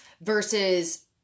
versus